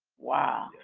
wow.